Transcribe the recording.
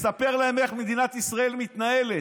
מספר להם איך מדינת ישראל מתנהלת.